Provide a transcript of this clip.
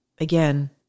again